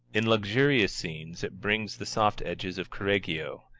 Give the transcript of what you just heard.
in luxurious scenes it brings the soft edges of correggio,